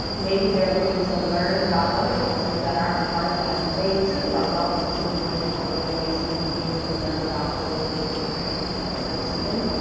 maybe they're looking to learn about other cultures that aren't a part of them, and they too are welcome to join these organizations and be able to learn about those lived experiences of those students.